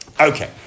Okay